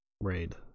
raid